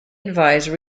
advised